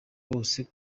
bose